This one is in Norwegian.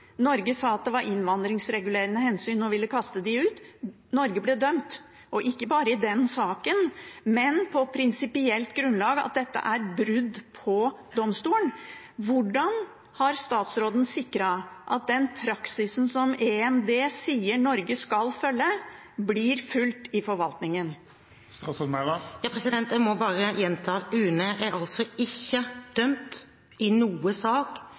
Norge sa at det var innvandringsregulerende hensyn og ville kaste dem ut. Norge ble dømt, og ikke bare i den saken, men på prinsipielt grunnlag, at dette var brudd på konvensjonen. Hvordan har statsråden sikret at den praksisen EMD sier at Norge skal følge, blir fulgt i forvaltningen? Jeg må bare gjenta at UNE ikke er dømt i noen sak